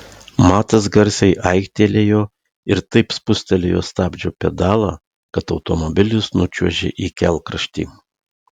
matas garsiai aiktelėjo ir taip spustelėjo stabdžio pedalą kad automobilis nučiuožė į kelkraštį